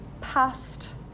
past